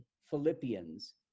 Philippians